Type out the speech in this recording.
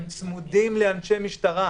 הם צמודים לאנשי משטרה.